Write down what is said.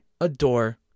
adore